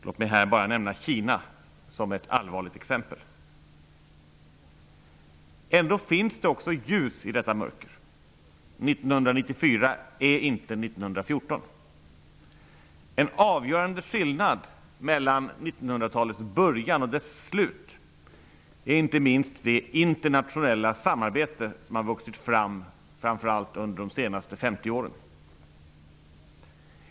Låt mig här bara nämna Kina som ett allvarligt exempel. Ändå finns det också ljus i detta mörker. 1994 är inte 1914. En avgörande skillnad mellan 1900-talets början och dess slut är inte minst det internationella samarbete som har vuxit fram, framför allt under de senaste 50 åren.